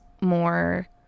more